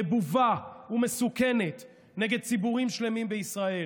נבובה ומסוכנת נגד ציבורים שלמים בישראל,